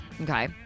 Okay